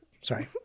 Sorry